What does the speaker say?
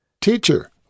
Teacher